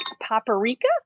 paprika